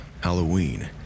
Halloween